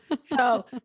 So-